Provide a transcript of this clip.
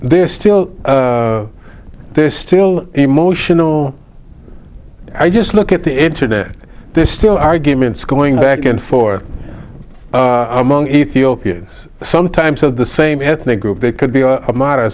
they're still they're still emotional i just look at the internet they're still arguments going back and for among ethiopians sometimes of the same ethnic group they could be mode